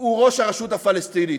הוא ראש הרשות הפלסטינית,